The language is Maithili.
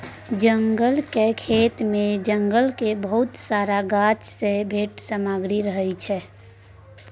जंगलक खेती मे जंगलक बहुत रास गाछ सँ भेटल सामग्री रहय छै